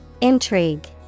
Intrigue